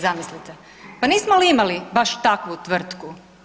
Zamislite, pa nismo li imali baš takvu tvrtku?